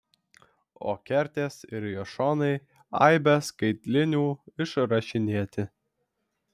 o kertės ir jo šonai aibe skaitlinių išrašinėti